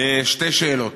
שתי שאלות.